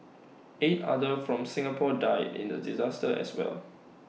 eight other from Singapore died in the disaster as well